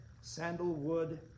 sandalwood